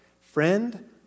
Friend